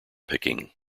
picking